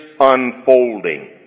unfolding